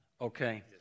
Okay